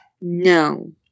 No